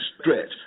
stretch